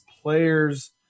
players